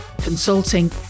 consulting